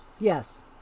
Yes